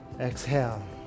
exhale